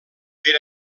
per